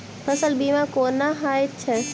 फसल बीमा कोना होइत छै?